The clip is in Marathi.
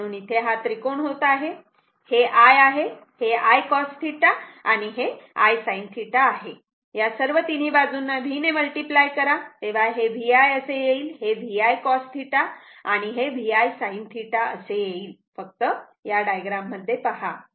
म्हणून इथे हा त्रिकोण होत आहे हे I आहे हे I cos θ आहे आणि I sin θ आहे या सर्व तिन्ही बाजूंना V ने मल्टिप्लाय करा तेव्हा हे VI असे येईल हे V I cos θ असे येईल आणि हे V I sin θ असे येईल फक्त या डायग्राम मध्ये पहा